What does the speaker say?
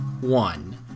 one